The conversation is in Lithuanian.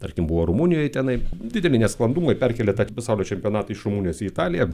tarkim buvo rumunijoj tenai dideli nesklandumai perkėlė tą pasaulio čempionatą iš rumunijos į italiją